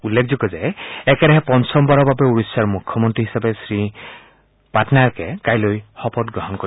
উল্লেখযোগ্য যে একেৰাহে পঞ্চমবাৰৰ বাবে ওড়িশাৰ মুখ্যমন্ত্ৰী হিচাপে শ্ৰীনবীন পাটনায়কে কাইলৈ শপতগ্ৰহণ কৰিব